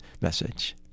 message